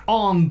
on